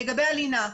לגבי הלינה.